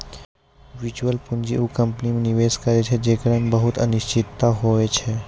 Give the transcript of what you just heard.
venture पूंजी उ company मे निवेश करै छै जेकरा मे बहुते अनिश्चिता होय छै